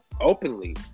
openly